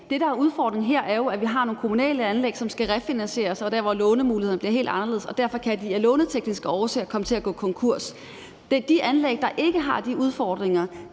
Det, der er udfordringen her, er jo, at vi har nogle kommunale anlæg, som skal refinansieres, og det er der, hvor lånemulighederne bliver helt anderledes, og derfor kan de af lånetekniske årsager komme til at gå konkurs. De anlæg, der ikke har de udfordringer,